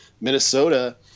Minnesota